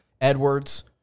Edwards